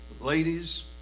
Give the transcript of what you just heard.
ladies